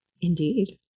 Indeed